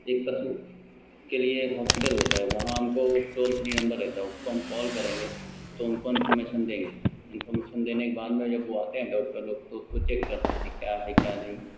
यह पशु के लिए एक हॉस्पिटल होता है वहाँ हमको टोल फ्री नम्बर रहता है उसको हम कॉल करेंगे तो उनको हम इन्फॉर्मेशन देंगे इन्फॉर्मेशन देने के बाद में जब वह आते हैं डॉक्टर लोग तो उसको चेक करते हैं कि क्या है क्या नहीं है